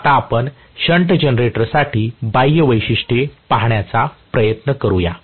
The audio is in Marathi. आता आपण शंट जनरेटरसाठी बाह्य वैशिष्ट्ये पाहण्याचा प्रयत्न करूया